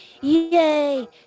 Yay